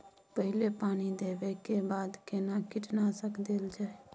पहिले पानी देबै के बाद केना कीटनासक देल जाय?